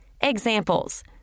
Examples